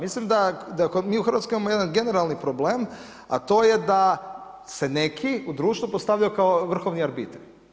Mislim da mi u Hrvatskoj imamo jedan generalni problem, a to je da se neki u društvu postavljaju kao vrhovni arbitri.